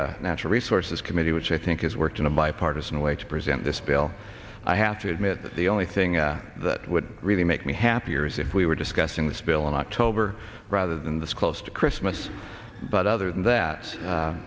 natural resources committee which i think has worked in a bipartisan way to present this bill i have to admit that the only thing that would really make me happier is if we were discussing this bill in october rather than this close to christmas but other than that